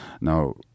Now